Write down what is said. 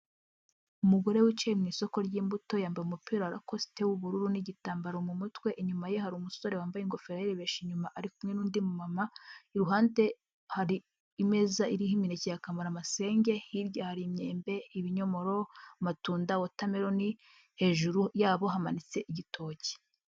Umugore wicaye mu isoko ry'imbuto, yambaye umupira rakosite w'ubururu n'igitambaro mu mutwe, inyuma ye hari umusore wambaye ingofero yayirebesheje inyuma, ari kumwe n'undi mumama, iruhande hari imeza iriho imeke ya kamaramasenge, hirya hari imyembe, ibinyomoro, amatunda, watameloni, hejuru yabo hamanitse igitoki.